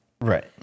Right